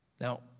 Now